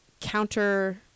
counter